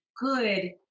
good